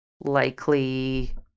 likely